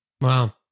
Wow